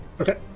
Okay